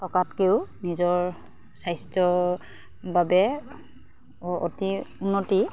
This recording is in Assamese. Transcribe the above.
থকাতকৈয়ো নিজৰ স্বাস্থ্যৰ বাবে অতি উন্নতি